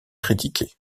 critiqué